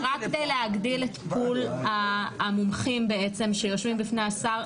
רק כדי להגדיל את פול המומחים שיושבים בפני השר.